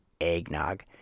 eggnog